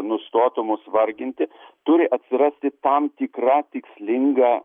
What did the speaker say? nustotų mus varginti turi atsirasti tam tikra tikslinga